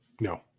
No